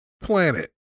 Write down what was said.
planet